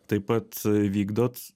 taip pat vykdot